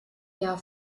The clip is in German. jahr